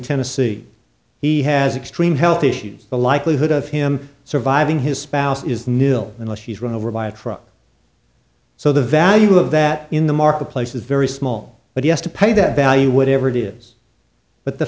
tennessee he has extreme health issues the likelihood of him surviving his spouse is nil unless he's run over by a truck so the value of that in the marketplace is very small but yes to pay that value whatever it is but the